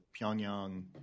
Pyongyang